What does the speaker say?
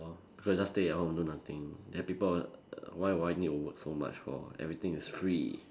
so just stay at home and do nothing then people why would I need to work so much for everything is free